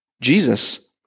Jesus